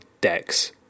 decks